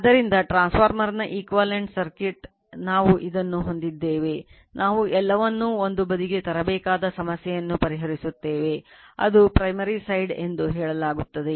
ಆದ್ದರಿಂದ transformer ಎಂದು ಹೇಳಲಾಗುತ್ತದೆ